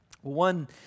One